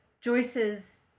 Joyce's